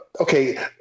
okay